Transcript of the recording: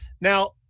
Now